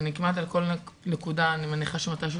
כמעט על כל נקודה אני מניחה שמתישהו